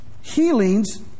healings